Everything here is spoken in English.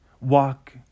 Walk